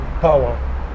power